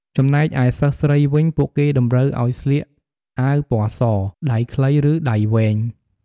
ចំណែកឯសិស្សស្រីវិញ ពួកគេតម្រូវឲ្យស្លៀកអាវពណ៌ស ដៃខ្លី ឬដៃវែង។